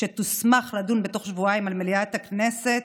שתוסמך לכך בתוך שבועיים, על מליאה הכנסת,